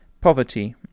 Poverty